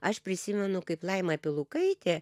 aš prisimenu kaip laima pilukaitė